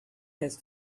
has